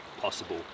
possible